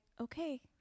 okay